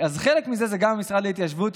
אז חלק מזה זה גם המשרד להתיישבות,